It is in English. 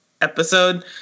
episode